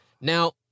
Now